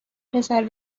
پسره